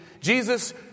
Jesus